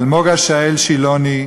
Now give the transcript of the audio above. אלמוג עשהאל שילוני,